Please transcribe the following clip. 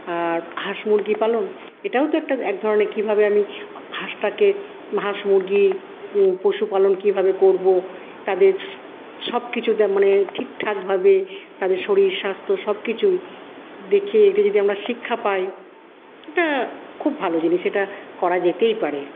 আর হাঁস মুরগি পালন এটাও তো একটা এক ধরনের কিভাবে আমি হাঁসটাকে হাঁস মুরগি পশুপালন কিভাবে করব তাদের স সব কিছুতে মানে ঠিকঠাকভাবে তাদের শরীর স্বাস্থ্য সব কিছুই দেখে এটা যদি আমরা শিক্ষা পাই এটা খুব ভালো জিনিস এটা করা যেতেই পারে